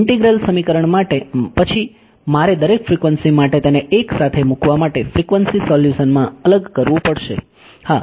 integral સમીકરણ માટે પછી મારે દરેક ફ્રીકવન્સી માટે તેને એકસાથે મૂકવા માટે ફ્રીકવન્સી સોલ્યુશનમાં અલગ કરવું પડશે